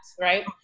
right